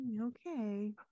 Okay